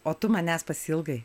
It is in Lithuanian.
o tu manęs pasiilgai